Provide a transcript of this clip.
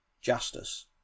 justice